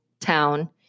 town